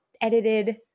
edited